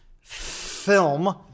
Film